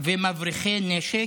ומבריחי נשק,